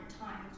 time